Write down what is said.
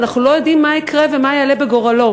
ואנחנו לא יודעים מה יקרה ומה יעלה בגורלו.